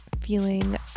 Feeling